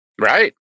Right